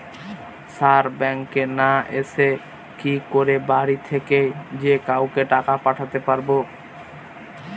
Sir ব্যাঙ্কে না এসে কি করে বাড়ি থেকেই যে কাউকে টাকা পাঠাতে পারবো?